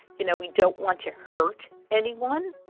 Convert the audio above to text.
you know, we don't want to hurt anyone.